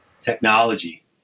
technology